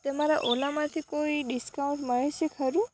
તમારા ઓલામાંથી કોઈ ડીકાઉન્ટ મળે છે ખરું